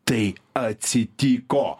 tai atsitiko